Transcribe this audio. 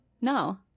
No